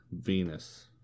Venus